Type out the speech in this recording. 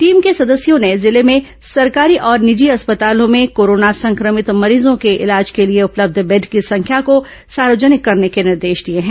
team के सदस्यों ने जिले में सरकारी और निजी अस्पतालों में कोरोना संक्रमित मरीजों के इलाज के लिए उपलब्ध बेड की संख्या को सार्वजनिक करने के निर्देश दिए हैं